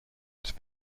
its